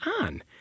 on